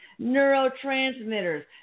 neurotransmitters